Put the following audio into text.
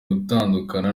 gutandukana